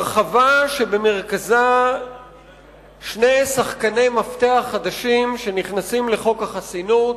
הרחבה שבמרכזה שני שחקני מפתח חדשים שנכנסים לחוק החסינות: